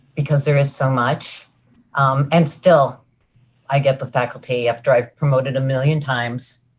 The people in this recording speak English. because there is so much and still i get the faculty after i have promoted a million times